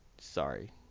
Sorry